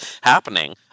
happening